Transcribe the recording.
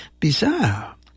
bizarre